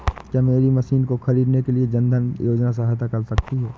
क्या मेरी मशीन को ख़रीदने के लिए जन धन योजना सहायता कर सकती है?